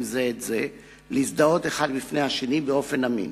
זה את זה להזדהות אחד בפני השני באופן אמין